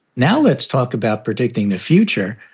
now, let's talk about predicting the future.